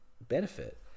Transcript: benefit